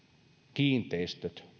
kiinteistöt